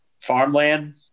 farmland